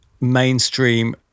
mainstream